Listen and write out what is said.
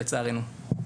לצערנו.